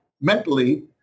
mentally